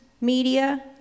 media